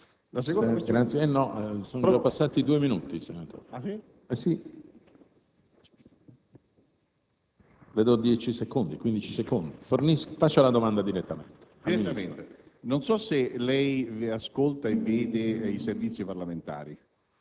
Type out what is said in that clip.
non so se lei ascolta e vede i servizi parlamentari